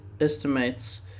estimates